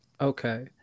Okay